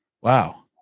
Wow